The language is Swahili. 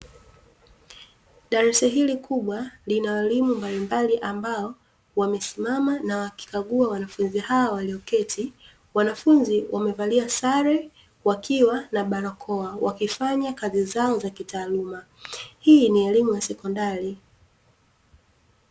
Darasa hili kubwa lina walimu mbalimbali ambao wamesimama na wakikagua wanafunzi hao walioketi, wanafunzi wamevalia sare wakiwa na barakoa wakifanya kazi zao za kitaaluma, hii ni elimu wa sekondari.